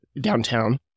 downtown